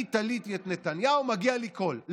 אני תליתי את נתניהו, מגיע לי קול.